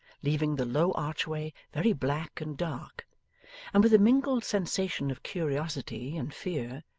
leaving the low archway very black and dark and with a mingled sensation of curiosity and fear,